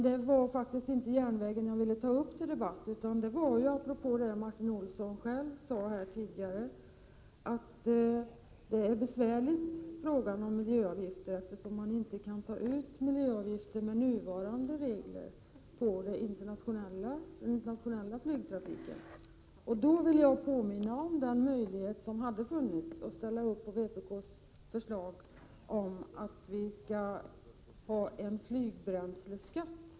Det var inte järnvägen jag ville ta upp till debatt, utan det var det som Martin Olsson sade tidigare, nämligen att frågan om miljöavgifter är besvärlig eftersom avgifterna inte kan tas ut med nuvarande regler inom den internationella flygtrafiken. Då vill jag påminna om den möjlighet som hade funnits att biträda vpk:s förslag om en flygbränsleskatt.